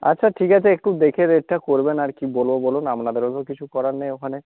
আচ্ছা ঠিক আছে একটু দেখে রেটটা করবেন আর কি বলবো বলুন আপনাদেরও তো কিছু করার নেই ওখানে